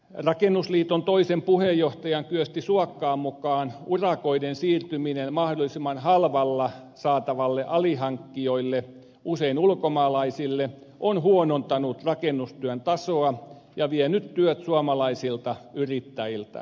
rakennusliiton toisen puheenjohtajan kyösti suokkaan mukaan urakoiden siirtyminen mahdollisimman halvalla saataville alihankkijoille usein ulkomaalaisille on huonontanut rakennustyön tasoa ja vienyt työt suomalaisilta yrittäjiltä